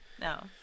No